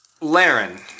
Laren